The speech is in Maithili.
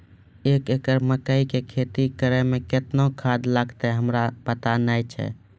एक एकरऽ मकई के खेती करै मे केतना खाद लागतै हमरा पता नैय छै?